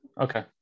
okay